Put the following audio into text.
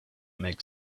make